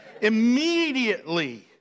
Immediately